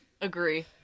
Agree